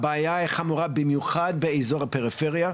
הבעיה היא חמורה במיוחד באיזור הפריפריה,